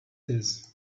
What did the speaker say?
this